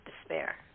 despair